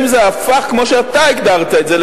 אם זה הפך כמו שאתה הגדרת את זה,